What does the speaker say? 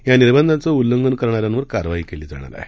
या निर्बंधांचे उल्लंघन करणाऱ्यांवर कारवाई केली जाणार आहे